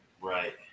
Right